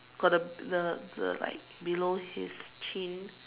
got the the the like below his chin